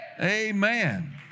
Amen